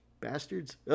Bastards